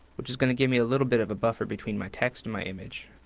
which is going to give me a little bit of a buffer between my text and my image.